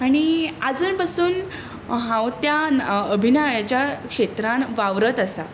आनी आजून पसून हांव त्या अभिनयाच्या क्षेत्रांत वावरत आसा